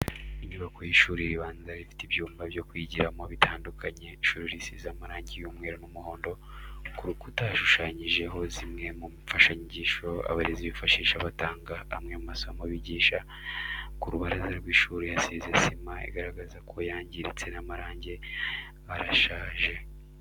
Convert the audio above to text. Inyubako y'ishuri ribanza rifite ibyumba byo kwigiramo bitandukanye ishuri risize amarangi y'umweru n'umuhondo, ku rukuta hashushanyijeho zimwe mu mfashanyigisho abarezi bifashisha batanga amwe mu masomo bigisha. Ku rubaraza rw'ishuri hasize sima igaragara ko yangiritse n'amarangi arashaje.